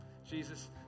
Jesus